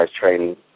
training